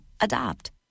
Adopt